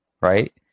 right